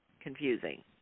confusing